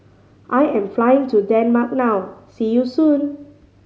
I am flying to Denmark now see you soon